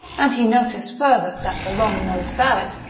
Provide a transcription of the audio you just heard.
and he noticed further that the long-nosed barrett,